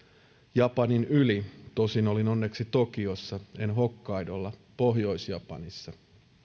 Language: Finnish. japanin yli tosin olin onneksi tokiossa en hokkaidolla pohjois japanissa